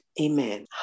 Amen